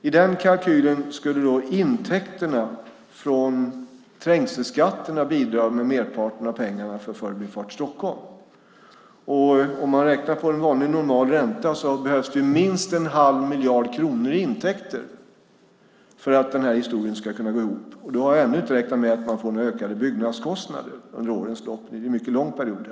I kalkylen skulle intäkterna från trängselskatterna bidra med merparten av pengarna för Förbifart Stockholm. Om man räknar på en normal ränta behövs det minst 1⁄2 miljard kronor i intäkter för att den här historien ska kunna gå ihop. Då har jag ännu inte räknat med att man får några ökade byggnadskostnader under en mycket lång period.